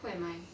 who am I